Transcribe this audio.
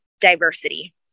diversity